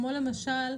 כמו למשל,